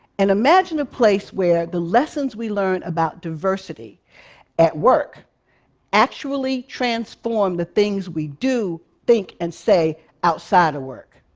and imagine a place where the lessons we learn about diversity at work actually transform the things we do, think and say outside of work.